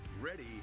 ready